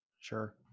sure